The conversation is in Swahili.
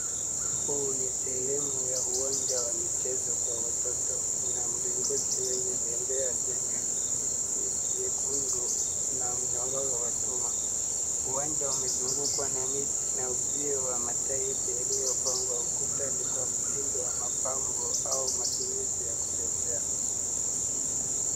Huu ni sehemu ya uwanja wa michezo kwa watoto. Kuna mlingoti wenye bebembea zenye viti vyekundu na myororo wa chuma. Uwanja umezungukwa na miti na uzio wa matairi yaliyopangwa ukutani kwa mtindo wa mapambo au matumizi ya kuchezea.